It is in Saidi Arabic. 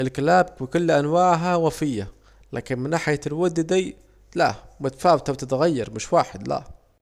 الكلاب بكل أنواعها وفية، لكن من ناحية الود دي لاه متفواتة وتتغير مش واحد لاه